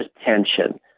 attention